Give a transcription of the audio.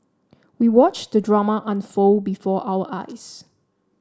we watched the drama unfold before our eyes